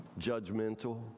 judgmental